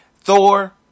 Thor